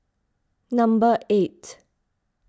number eight